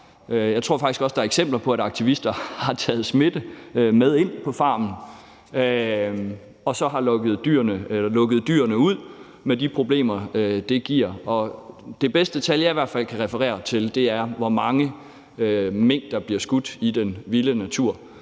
Jeg tror faktisk også, at der er eksempler på, at aktivister har taget smitte med ind på farmen og lukket dyrene ud med de problemer, det giver. Det bedste tal, jeg i hvert fald kan referere til, er, hvor mange mink der bliver skudt i den vilde natur,